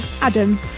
Adam